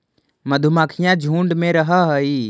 मधुमक्खियां झुंड में रहअ हई